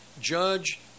judge